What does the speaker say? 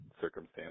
circumstance